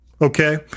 Okay